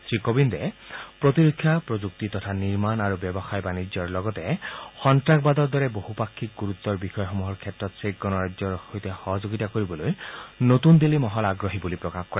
শ্ৰীকোৱিন্দে প্ৰতিৰক্ষা প্ৰযুক্তি তথা নিৰ্মাণ আৰু ব্যৱসায় বাণিজ্যৰ লগতে সন্নাসবাদৰ দৰে বহুপাক্ষিক গুৰুত্বৰ বিষয়সমূহৰ ক্ষেত্ৰত চেক গণৰাজ্যৰ সৈতে সহযোগিতা কৰিবলৈ নতুন দিল্লী আগ্ৰহী বুলি প্ৰকাশ কৰে